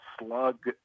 slug